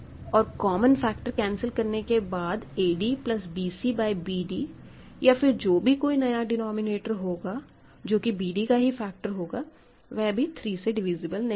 और common factor cancel करने के बाद ad plus bc by bd या फिर जो भी कोई नया डिनोमिनेटर होगा जो कि bd का ही फैक्टर होगा वह भी 3 से डिविसिब्ल नहीं है